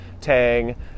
Tang